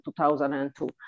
2002